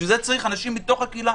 בשביל זה צריך אנשים מתוך הקהילה.